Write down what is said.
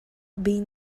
been